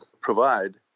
provide